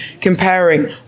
comparing